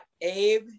Abe